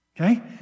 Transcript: Okay